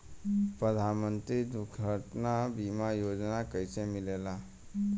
प्रधानमंत्री दुर्घटना बीमा योजना कैसे मिलेला?